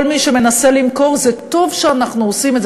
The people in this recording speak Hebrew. כל מי שמנסה למכור: זה טוב שאנחנו עושים את זה,